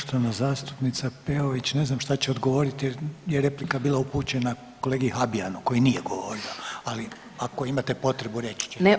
Poštovana zastupnica Peović, ne znam šta će odgovoriti jer je replika bila upućena kolegi Habijanu koji nije govorio, ali ako imate potrebu reći